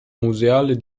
museale